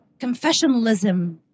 confessionalism